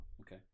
okay